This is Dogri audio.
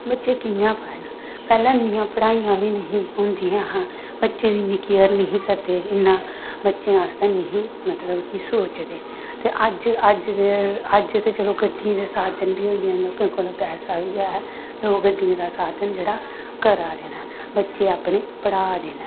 बच्चें कि'यां पढ़न पैह्लें इन्नियां पढ़ाइयां बी निं ही होंदियां है हां बच्चें दी इन्नी केयर निं ही करदे इन्ना बच्चें आस्तै निं ही मतलब कि सोचदे ते अज्ज अज्ज ते अज्ज ते चलो गड्डियें दे साधन बी होई गे न लोकें कोल पैसा बी ऐ लोक गड्डियें दा साधन जेह्ड़ा करा दे न बच्चे अपने पढ़ा दे न